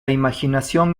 imaginación